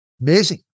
amazing